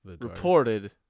reported